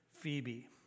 Phoebe